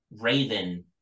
raven